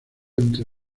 entre